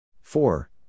Four